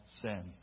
sin